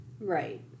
Right